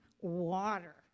water